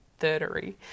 thirdary